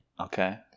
Okay